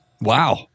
Wow